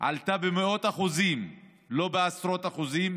עלתה במאות אחוזים, לא בעשרות אחוזים,